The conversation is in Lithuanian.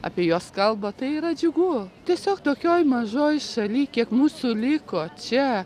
apie juos kalba tai yra džiugu tiesiog tokioj mažoj šaly kiek mūsų liko čia